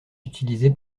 utilisé